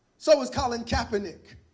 so was colin kaepernick.